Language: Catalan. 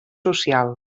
social